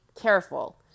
careful